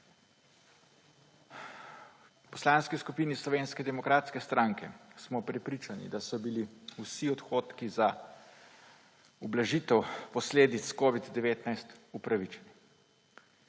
V Poslanski skupini Slovenske demokratske stranke smo prepričani, da so bili vsi odhodki za ublažitev posledic epidemije covida-19 upravičeni.